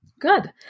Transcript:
Good